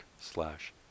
slash